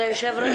היושב-ראש,